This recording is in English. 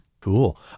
Cool